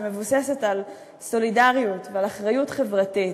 שמבוססת על סולידריות ועל אחריות חברתית,